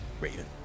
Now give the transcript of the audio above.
Raven